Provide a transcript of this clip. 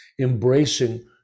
embracing